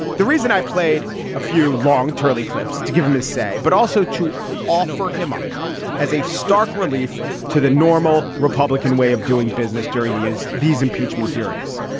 the reason i played a few long tali clips is to give him his say, but also to offer him up as a stark relief to the normal republican way of doing business during the years these impeachment hearings.